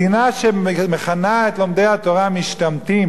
מדינה שמכנה את לומדי התורה "משתמטים",